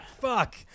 Fuck